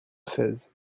seize